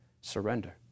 Surrender